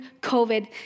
COVID